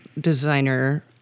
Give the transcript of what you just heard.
designer